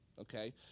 Okay